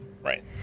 Right